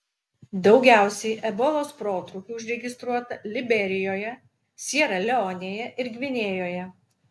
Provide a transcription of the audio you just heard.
daugiausiai ebolos protrūkių užregistruota liberijoje siera leonėje ir gvinėjoje